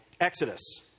Exodus